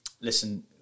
listen